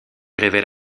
révèle